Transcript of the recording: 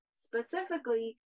Specifically